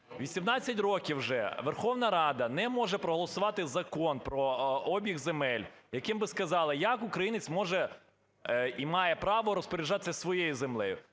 18 років уже Верховна Рада не може проголосувати закон про обіг земель, яким би сказали, як українець може і має право розпоряджатися своєю землею.